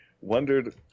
wondered